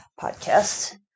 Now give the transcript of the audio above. podcast